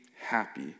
happy